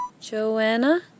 Joanna